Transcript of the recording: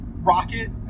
Rocket